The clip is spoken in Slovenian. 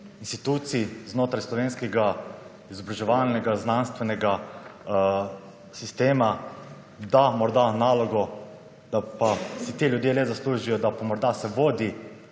institucij znotraj slovenskega izobraževalnega, znanstvenega sistema, da morda nalogo, da pa si te ljudje le zaslužijo, da pa morda se vodi